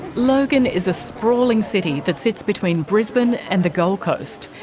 logan is a sprawling city that sits between brisbane and the gold coast.